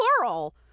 plural